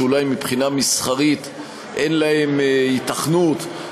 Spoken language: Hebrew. שאולי מבחינה מסחרית אין להם היתכנות,